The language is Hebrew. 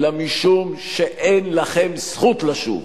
אלא משום שאין לכם זכות לשוב.